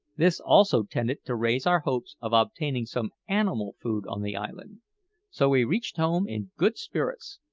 this also tended to raise our hopes of obtaining some animal food on the island so we reached home in good spirits,